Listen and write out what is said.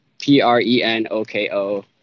p-r-e-n-o-k-o